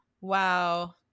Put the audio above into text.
Wow